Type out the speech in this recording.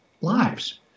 lives